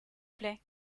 plait